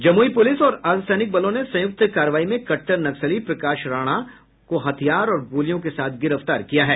Jamui police और अर्द्वसैनिक बलों ने संयुक्त कार्रवाई में कट्टर नक्सली प्रकाश राणा को हथियार और गोलियों के साथ गिरफ्तार किया है